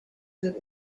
sit